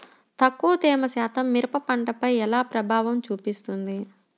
తక్కువ తేమ శాతం మిరప పంటపై ఎలా ప్రభావం చూపిస్తుంది?